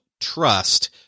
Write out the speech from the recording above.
trust